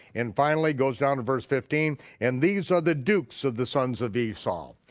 and finally goes down to verse fifteen and these are the dukes of the sons of esau.